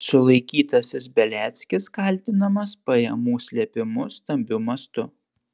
sulaikytasis beliackis kaltinamas pajamų slėpimu stambiu mastu